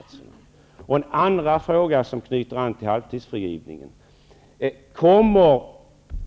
Ytterligare en fråga som knyter an till halvtidsfrigivningen är: Kommer